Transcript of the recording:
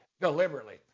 deliberately